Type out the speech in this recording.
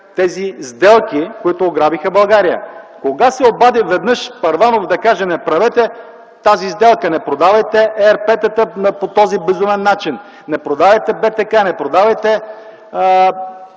тези сделки, които ограбиха България? Кога се обади веднъж Първанов и да каже: „Не правете тази сделка, не продавайте РП-тата по този безумен начин, не продавайте БТК, не продавайте